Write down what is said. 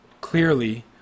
clearly